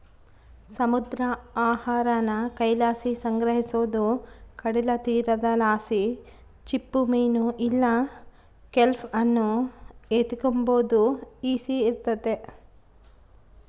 ಸಮುದ್ರ ಆಹಾರಾನ ಕೈಲಾಸಿ ಸಂಗ್ರಹಿಸೋದು ಕಡಲತೀರದಲಾಸಿ ಚಿಪ್ಪುಮೀನು ಇಲ್ಲ ಕೆಲ್ಪ್ ಅನ್ನು ಎತಿಗೆಂಬಾದು ಈಸಿ ಇರ್ತತೆ